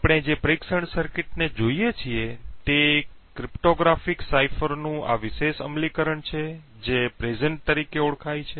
આપણે જે પરીક્ષણ સર્કિટને જોઈએ છીએ તે ક્રિપ્ટોગ્રાફિક સાઇફરનું આ વિશેષ અમલીકરણ છે જે present તરીકે ઓળખાય છે